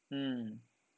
mm